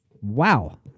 Wow